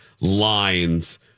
lines